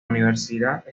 universidad